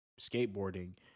skateboarding